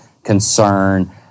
concern